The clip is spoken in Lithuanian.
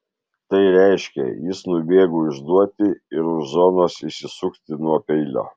tai reiškė jis nubėgo išduoti ir už zonos išsisukti nuo peilio